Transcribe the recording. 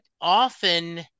often